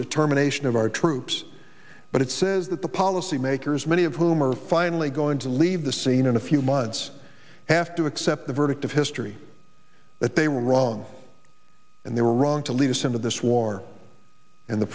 determination of our troops but it says that the policy makers many of whom are finally going to leave the scene in a few months have to accept the verdict of history that they were wrong and they were wrong to lead us into this war and the